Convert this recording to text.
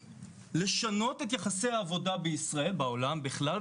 לשנות את יחסי העבודה בישראל ובעולם בכלל.